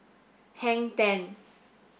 Hang Ten